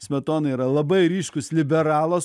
smetona yra labai ryškus liberalas